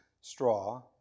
straw